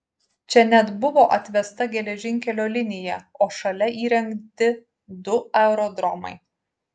čia net buvo atvesta geležinkelio linija o šalia įrengti du aerodromai